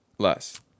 Less